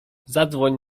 zadzwoń